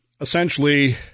essentially